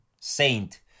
saint